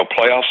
playoffs